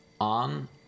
on